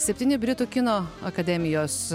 septyni britų kino akademijos